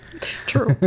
True